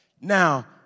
Now